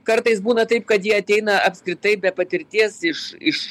kartais būna taip kad jie ateina apskritai be patirties iš iš